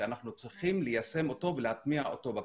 שאנחנו צריכים ליישם אותו ולהטמיע אותו בקמפוס.